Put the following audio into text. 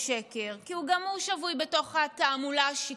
כי גם הוא שבוי בתוך התעמולה השקרית של הליכוד.